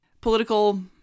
political